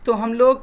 تو ہم لوگ